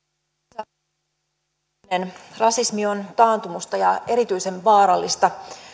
puhenainen rasismi on taantumusta ja erityisen vaarallista